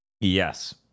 Yes